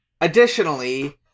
additionally